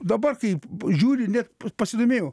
dabar kaip žiūri net pasidomėjau